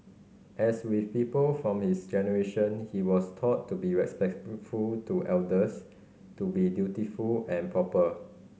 as with people from his generation he was taught to be respectful to elders to be dutiful and proper